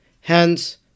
Hence